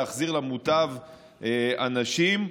להחזיר למוטב אנשים,